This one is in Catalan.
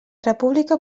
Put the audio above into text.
república